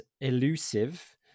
elusive